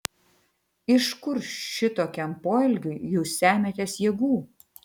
iš kur šitokiam poelgiui jūs semiatės jėgų